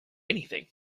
anything